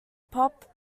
pop